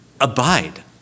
abide